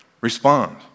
Respond